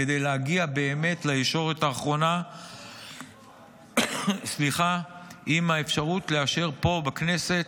כדי להגיע באמת לישורת האחרונה עם האפשרות לאשר פה בכנסת